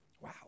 Wow